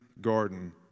garden